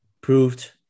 proved